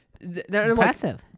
Impressive